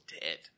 dead